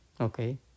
Okay